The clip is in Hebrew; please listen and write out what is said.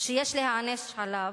שיש להיענש עליו,